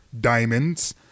diamonds